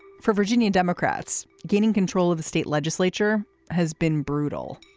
for virginia democrats gaining control of the state legislature has been brutal.